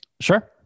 Sure